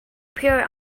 pure